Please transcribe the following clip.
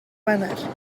wener